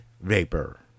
Vapor